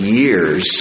years